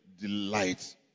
delight